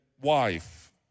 wife